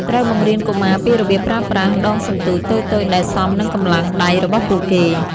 ត្រូវបង្រៀនកុមារពីរបៀបប្រើប្រាស់ ដងសន្ទូច តូចៗដែលសមនឹងកម្លាំងដៃរបស់ពួកគេ។